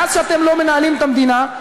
מאז שאתם לא מנהלים את המדינה,